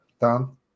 done